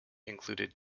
included